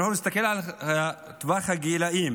אם אנחנו נסתכל על טווח הגילים